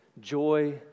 joy